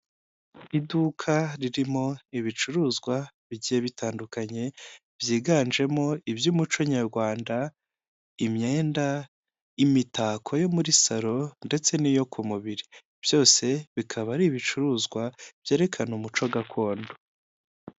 Iduka ririmo ibicuruzwa bigiye bitandukanye, byiganjemo iby'umuco Nyarwanda, imyenda, imitako yo muri saro ndetse n'iyo ku mubiri. Byose bikaba ari ibicuruzwa byerekana umuco gakondo.